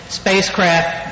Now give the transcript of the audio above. spacecraft